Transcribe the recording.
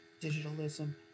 Digitalism